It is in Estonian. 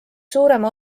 suurema